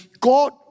God